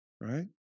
Right